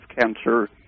cancer